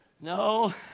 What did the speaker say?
No